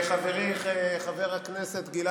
חבר הכנסת רוטמן, בבקשה.